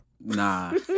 Nah